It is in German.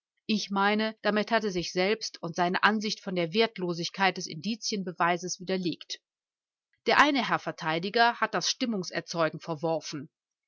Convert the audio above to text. ich meine damit hat er sich selbst und seine ansicht von der wertlosigkeit des indizienbeweises widerlegt der eine herr verteidiger hat das stimmungs erzeugen verworfen